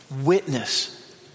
witness